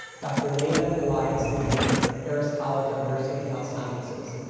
dr. nada elias-lambert, harris college of nursing and health sciences,